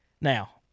Now